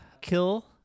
kill